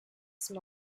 smoke